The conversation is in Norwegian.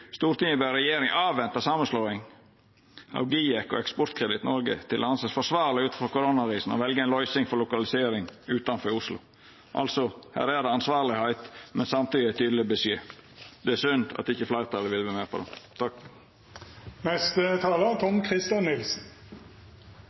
regjeringen avvente sammenslåingen av GIEK og Eksportkreditt Norge til det anses forsvarlig ut fra koronakrisen å velge en løsning for lokalisering av hovedkontor utenfor Oslo i tråd med lokalisering av statlige arbeidsplasser.» Her er det ansvar, men samtidig ein tydeleg beskjed. Det er synd at ikkje fleirtalet vil vera med på det.